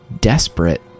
desperate